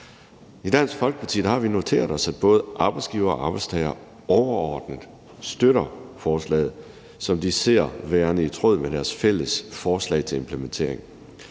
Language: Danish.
I Dansk Folkeparti har vi noteret os, at både arbejdsgivere og arbejdstagere overordnet støtter forslaget, som de ser værende i tråd med deres fælles forslag til implementering.